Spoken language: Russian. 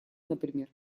например